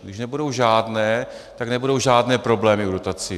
Když nebudou žádné, tak nebudou žádné problémy v dotacích.